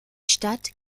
stadt